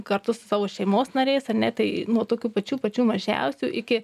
kartu su savo šeimos nariais ar ne tai nuo tokių pačių pačių mažiausių iki